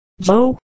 Joe